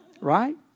Right